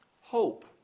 Hope